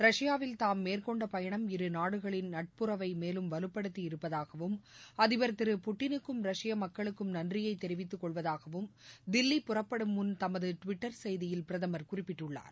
ரஷ்யாவில் தாம் மேற்கொண்ட பயணம் இரு நாடுகளின் நட்புறவையும் மேலும் வலுப்படுத்தியிருப்பதாகவும் அதிபர் திரு புட்டினுக்கும் ரஷ்ய மக்களுக்கும் நன்றியை தெரிவித்துக் கொள்வதாகவும் தில்லிபுறப்படும் முன் தமது டுவிட்டர் செய்தியில் பிரதமர் குறிப்பிட்டுள்ளார்